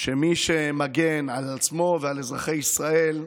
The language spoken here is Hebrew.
שמי שמגן על עצמו ועל אזרחי ישראל,